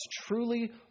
truly